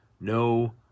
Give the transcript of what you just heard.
no